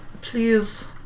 please